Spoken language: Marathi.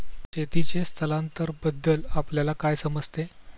शेतीचे स्थलांतरबद्दल आपल्याला काय समजते?